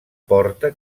porta